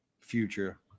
future